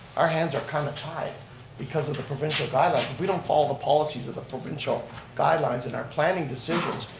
our hands are kind of tied because of the provincial guidelines. if we don't follow the policies of the provincial guidelines in our planning decisions,